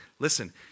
Listen